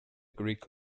greek